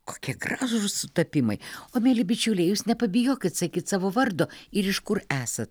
kokie gražūs sutapimai o mieli bičiuliai jūs nepabijokit sakyt savo vardo ir iš kur esat